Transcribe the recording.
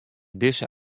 dizze